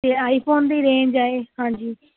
ਅਤੇ ਆਈਫੋਨ ਦੀ ਰੇਂਜ ਹੈ ਹਾਂਜੀ